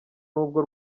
n’ubwo